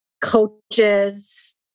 coaches